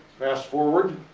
fast forward,